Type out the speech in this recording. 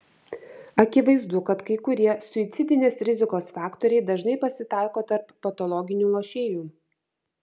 akivaizdu kad kai kurie suicidinės rizikos faktoriai dažnai pasitaiko tarp patologinių lošėjų